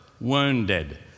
wounded